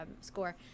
score